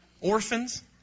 Orphans